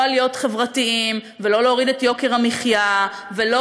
לא על להיות חברתיים ולא להוריד את יוקר המחיה ולא